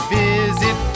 visit